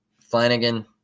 Flanagan